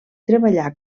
treballà